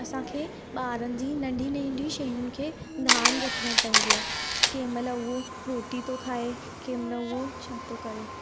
असांखे ॿारनि जी नंढी नंढी शयुनि खे ध्यानु रखिणो पवंदो आहे कंहिंमहिल उहो रोटी थो खाए कंहिंमहिल उहो छा थो करे